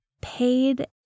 paid